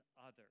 others